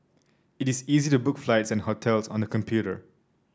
it is easy to book flights and hotels on the computer